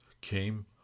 came